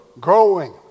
Growing